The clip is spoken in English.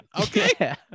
okay